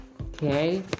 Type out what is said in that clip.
Okay